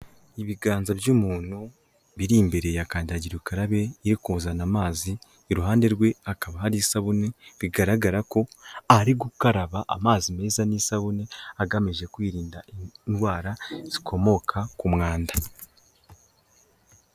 Ibiganza by'umuntu biri imbere yakandagira ukarabe iri kuzana amazi, iruhande rwe hakaba hari isabune bigaragara ko ari gukaraba amazi meza n'isabune agamije kwirinda indwara zikomoka ku mwanda.